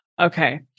Okay